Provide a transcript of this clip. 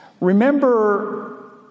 Remember